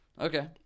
Okay